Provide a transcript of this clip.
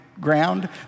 ground